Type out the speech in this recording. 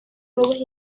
clubes